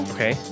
Okay